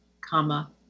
comma